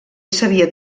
sabia